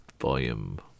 volume